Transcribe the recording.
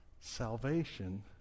Salvation